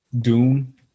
Doom